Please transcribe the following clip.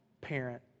parent